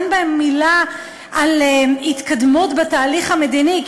אין בהם מילה על התקדמות בתהליך המדיני,